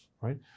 right